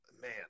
man